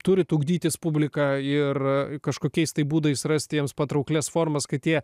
turite ugdytis publiką ir kažkokiais būdais rasti jiems patrauklias formas kad jie